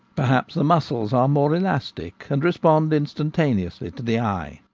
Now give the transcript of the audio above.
perhaps the muscles are more elastic, and respond instantaneously to the eye.